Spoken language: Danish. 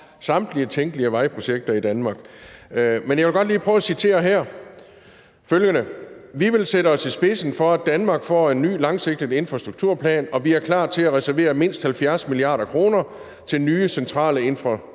samtlige tænkelige vejprojekter i Danmark. Men jeg vil godt lige prøve at citere følgende: »Vi vil sætte os i spidsen for, at Danmark får en ny langsigtet infrastrukturplan, og vi er klar til at reservere mindst 70 mia. kr. til nye centrale infrastrukturinvesteringer.